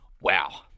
wow